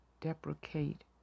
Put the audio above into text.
deprecate